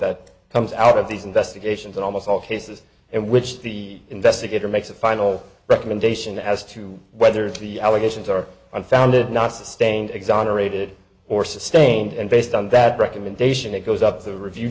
that comes out of these investigations in almost all cases in which the investigator makes a final recommendation as to whether the allegations are unfounded not sustained exonerated or sustained and based on that recommendation it goes up the review